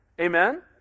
Amen